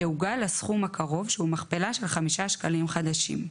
יעוגל לסכום הקרוב שהוא מכפלה של 5 שקלים חדשים.